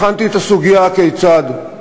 בחנתי את הסוגיה, הכיצד.